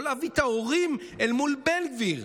לא להביא את ההורים אל מול בן גביר,